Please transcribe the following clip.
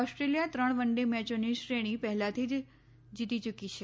Australia ત્રણ one day મેચોની શ્રેણી પહેલાથી જીતી યૂકી છે